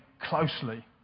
closely